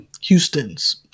Houston's